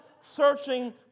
searching